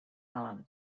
alan